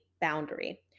boundary